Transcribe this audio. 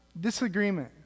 disagreement